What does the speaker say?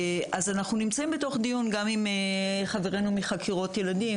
אנחנו נמצאים בדיון גם עם חברינו מחקירות ילדים,